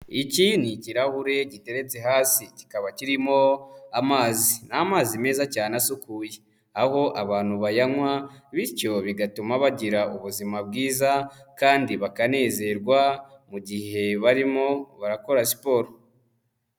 Iki ni ikirahure giteretse hasi kikaba kirimo amazi, ni amazi meza cyane asukuye aho abantu bayanywa bityo bigatuma bagira ubuzima bwiza kandi bakanezerwa mu gihe barimo barakora siporo.